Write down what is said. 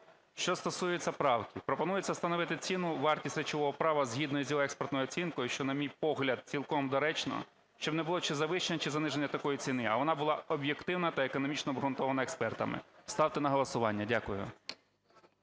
Що стосується правки. Пропонується встановити ціну, вартість речового права згідно з її експертною оцінкою, що, на мій погляд, цілком доречно, щоб не було чи завищення, чи заниження такої ціни, а вона була об'єктивна та економічно обґрунтована експертами. Ставте на голосування. Дякую.